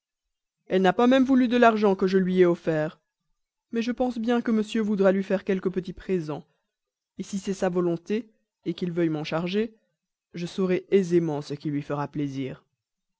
elle n'a même pas voulu de l'argent que je lui ai offert mais je pense bien que monsieur voudra lui faire quelque petit présent si c'est sa volonté qu'il veuille m'en charger je saurai aisément ce qui lui fera plaisir